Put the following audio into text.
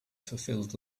fulfilled